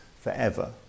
forever